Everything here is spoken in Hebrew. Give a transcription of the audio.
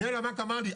מנהל הבנק אמר לי,